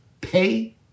pay